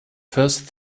first